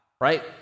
right